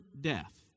death